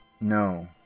No